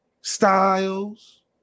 styles